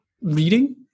reading